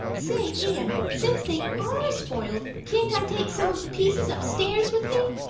say, anne, since they are spoiled can't i take some of the pieces upstairs with me?